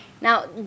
Now